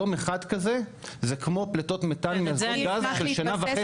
יום אחד כזה זה כמו פליטות מתאן מאסדות גז של שנה וחצי.